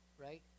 Right